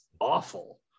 awful